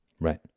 Right